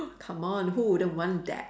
come on who wouldn't want that